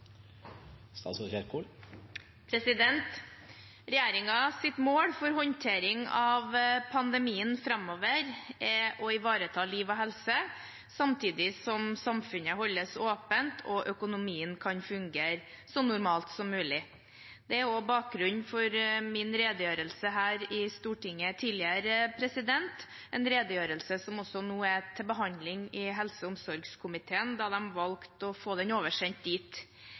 å ivareta liv og helse – samtidig som samfunnet holdes åpent, og økonomien kan fungere så normalt som mulig. Det var også bakgrunnen for min redegjørelse her i Stortinget tidligere, en redegjørelse som nå er til behandling i helse- og omsorgskomiteen, da de valgte å få den oversendt dit.